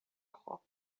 خوب